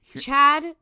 Chad